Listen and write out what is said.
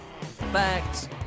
Facts